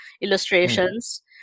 illustrations